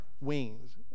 wings